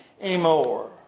anymore